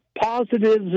positives